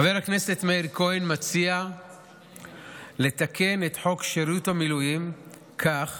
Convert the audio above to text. חבר הכנסת מאיר כהן מציע לתקן את חוק שירות המילואים כך